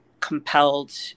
compelled